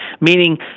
meaning